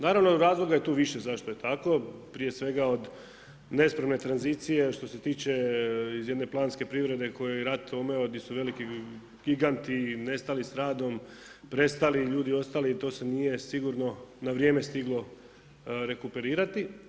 Naravno razloga je tu više zašto je tako, prije svega od nespremne tranzicije što se tiče iz jedne planske privrede koju je rat omeo di su veliki giganti i nestali s radom, prestali, ljudi ostali i to se nije sigurno na vrijeme stiglo rekuperirati.